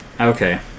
Okay